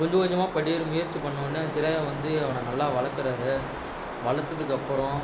கொஞ்சம் கொஞ்சமாக படி ஏற முயற்சி பண்ணோடனே ஜெரையா வந்து அவனை நல்லா வளர்க்குறாரு வளர்த்ததுக்கப்புறம்